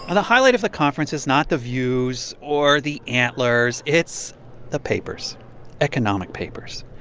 ah the highlight of the conference is not the views or the antlers. it's the papers economic papers.